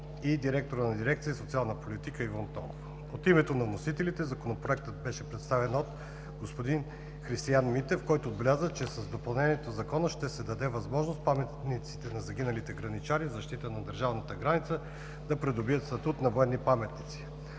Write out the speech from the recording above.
и директора на дирекция „Социална политика“ Иво Антонов. От името на вносителите Законопроектът беше представен от господин Христиан Митев, който отбеляза, че с допълнението в Закона ще се даде възможност паметниците на загиналите граничари в защита на държавната граница да придобият статут на военни паметници.